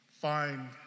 find